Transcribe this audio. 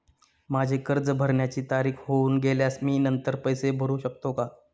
माझे कर्ज भरण्याची तारीख होऊन गेल्यास मी नंतर पैसे भरू शकतो का?